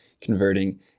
converting